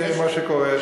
כמו שקורה,